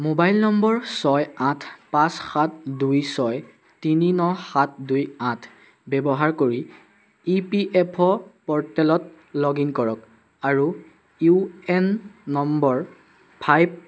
mobile number ছয় আঠ পাঁচ সাত দুই ছয় তিনি ন সাত দুই আঠ ব্যৱহাৰ কৰি ই পি এফ অ' প'ৰ্টেলত লগ ইন কৰক আৰু ইউ এন নম্বৰ